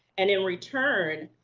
and in return,